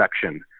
section